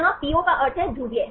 तो यहाँ Po का अर्थ है ध्रुवीय